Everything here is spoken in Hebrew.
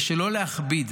כדי שלא להכביד